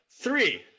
three